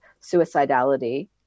suicidality